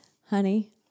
honey